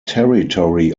territory